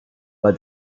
but